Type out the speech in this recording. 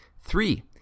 Three